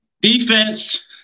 Defense